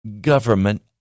government